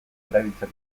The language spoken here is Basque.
erabiltzen